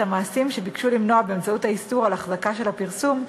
את המעשים שביקשו למנוע באמצעות האיסור על החזקה של הפרסום,